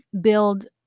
build